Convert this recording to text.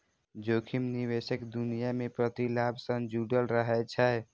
जोखिम निवेशक दुनिया मे प्रतिलाभ सं जुड़ल रहै छै